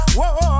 Whoa